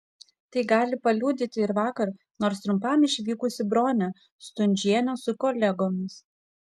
tai gali paliudyti ir vakar nors trumpam išvykusi bronė stundžienė su kolegomis